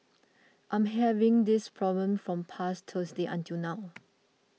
I'm having this problem from past Thursday until now